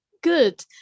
Good